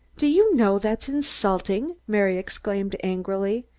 do you know that's insulting? mary exclaimed angrily.